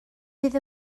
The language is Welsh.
bydd